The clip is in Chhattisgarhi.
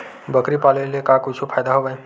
बकरी पाले ले का कुछु फ़ायदा हवय?